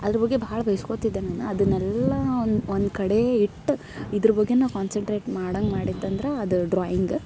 ಅಲ್ಲೋಗಿ ಭಾಳ್ ಬೈಸ್ಕೋತಿದ್ದೆ ನಾನು ಅದನ್ನೆಲ್ಲ ಒಂದು ಒಂದು ಕಡೆ ಇಟ್ಟ ಇದ್ರ ಬಗ್ಗೆನು ಕಾನ್ಸನ್ಟ್ರೇಟ್ ಮಾಡಂಗೆ ಮಾಡಿದ್ದಂದ್ರ ಅದು ಡ್ರಾಯಿಂಗ